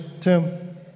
Tim